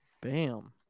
Bam